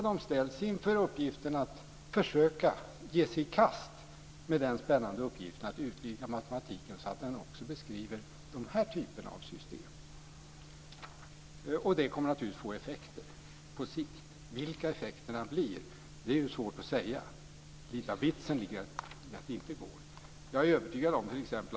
Då ställs de inför uppgiften att försöka ge sig i kast med den spännande uppgiften att utvidga matematiken så att den också beskriver de här typerna av system, och det kommer att få effekter på sikt. Vilka effekterna blir är svårt att säga. Lite av vitsen ligger i att det inte går.